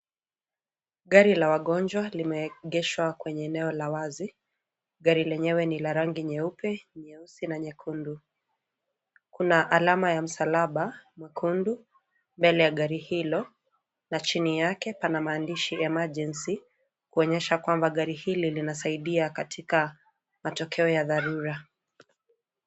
Gari la wagonjwa limeegeshwa kwenye eneo la wazi. Gari lenyewe ni la rangi nyeupe, nyeusi na nyekundu. Kuna alama ya msalaba mwekundu mbele ya gari hilo na chini yake pana maandishi emergency kuonyesha kwamba gari hili linasaidia katika matokeo ya dharura.